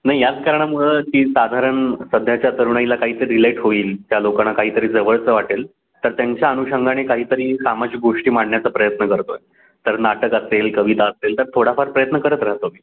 नाही याच कारणामुळे ती साधारण सध्याच्या तरुणाईला काहीसं रिलेट होईल त्या लोकांना काहीतरी जवळचं वाटेल तर त्यांच्या अनुषंगाने काहीतरी सामाजिक गोष्टी मांडण्याचा प्रयत्न करतो आहे तर नाटक असेल कविता असेल तर थोडाफार प्रयत्न करत राहतो मी